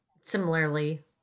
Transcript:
similarly